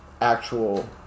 actual